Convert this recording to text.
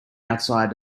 outside